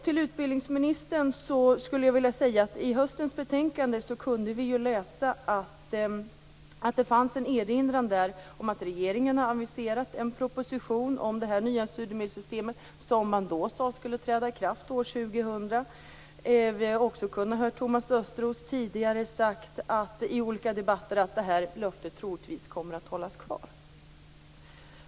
Till utbildningsministern skulle jag vilja säga att i höstens betänkande kunde vi läsa att det fanns en erinran om att regeringen aviserade en proposition om det nya studiemedelssystemet, som man då sade skulle träda i kraft år 2000. Vi har också hört Thomas Östros säga tidigare i olika debatter att det löftet troligtvis kommer att hållas.